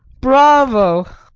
bravo!